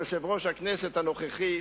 יושב-ראש הכנסת הנוכחי,